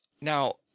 now